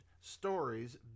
stories